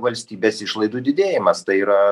valstybės išlaidų didėjimas tai yra